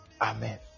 Amen